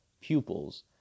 pupils